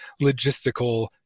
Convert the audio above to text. logistical